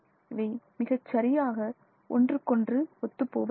இவை மிகச் சரியாக ஒன்றுக்கொன்று ஒத்துப் போவதில்லை